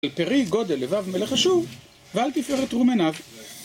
פרי גדל לבב מלך אשור ועל תפארת רום עיניו